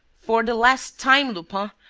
for the last time, lupin,